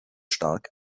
stark